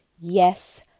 Yes